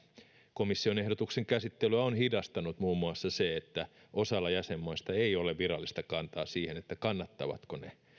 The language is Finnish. komission ehdotuksen käsittelyä on hidastanut muun muassa se että osalla jäsenmaista ei ole virallista kantaa siihen kannattavatko ne